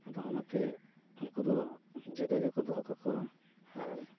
ᱟᱫᱚ ᱚᱱᱟᱛᱮ ᱩᱱᱠᱩ ᱫᱚ ᱡᱩᱫᱟᱹ ᱜᱮᱠᱚ ᱫᱚᱦᱚ ᱠᱟᱠᱚᱣᱟ ᱟᱨ